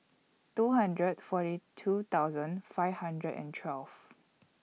two hundred and forty two thousand five hundred and twelve